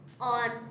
on